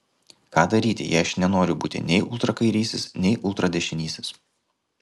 ką daryti jei aš nenoriu būti nei ultrakairysis nei ultradešinysis